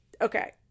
okay